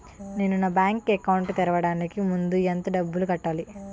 నేను నా bank account తెరవడానికి ముందు ఎంత డబ్బులు కట్టాలి?